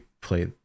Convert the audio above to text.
play